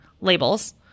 labels